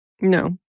No